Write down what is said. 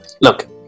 look